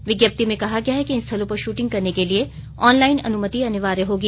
विज्ञप्ति में कहा गया है कि इन स्थलों पर श्रृटिंग करने के लिए ऑनलाइन अनुमति अनिवार्य होगी